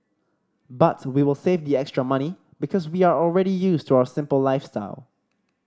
but we will save the extra money because we are already used to our simple lifestyle